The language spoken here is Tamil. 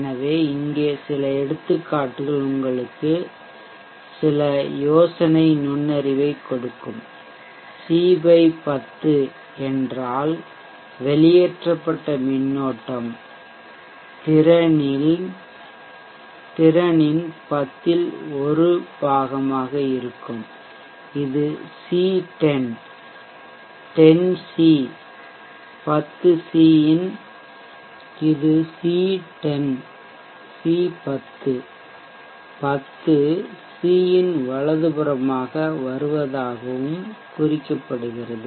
எனவே இங்கே சில எடுத்துக்காட்டுகள் உங்களுக்கு சில யோசனை நுண்ணறிவைக் கொடுக்கும் சி 10 என்றால் வெளியேற்றப்பட்ட மின்னோட்டம் திறனின் 10 ல் 1 பாகமாக இருக்கும் இது சி 10 10 சி இன் வலதுபுறமாக வருவதாகவும் குறிக்கப்படுகிறது